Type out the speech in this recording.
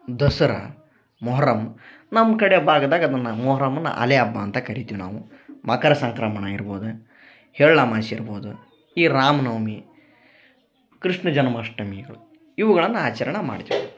ದಸರಾ ಮೊಹರಮ್ ನಮ್ಮ ಕಡೆ ಭಾಗದಾಗ್ ಅದನ್ನ ಮೊಹರಮ್ಮನ್ನ ಅಲೆ ಅಬ್ಬ ಅಂತ ಕರಿತಿವಿ ನಾವು ಮಕರ ಸಂಕ್ರಮಣ ಇರ್ಬೋದ ಎಳ್ಳಾಮಾಶಿ ಇರ್ಬೋದು ಈ ರಾಮ ನವಮಿ ಕೃಷ್ಣ ಜನ್ಮಾಷ್ಟಮಿಗಳು ಇವ್ಗಳನ್ನ ಆಚರಣ ಮಾಡ್ತಿವಿ